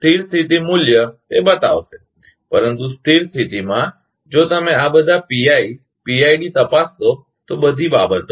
સ્થિર સ્થિતી મૂલ્ય તે બતાવશે પરંતુ સ્થિર સ્થિતીમાં જો તમે આ બધા પીઆઈ પીઆઈડી તપાસશો તો આ બધી બાબતો